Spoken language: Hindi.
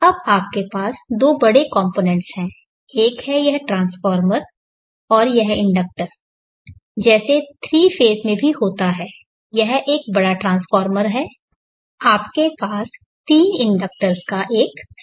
अब आपके पास दो बड़े कंपोनेंट्स हैं एक है यह ट्रांसफार्मर और यह इंडक्टर जैसे 3 फेज़ में भी होता है यह एक बड़ा ट्रांसफार्मर है और आपके पास 3 इंडिकेटर्स का एक सेट है